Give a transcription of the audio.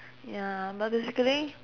ya but basically